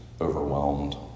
Overwhelmed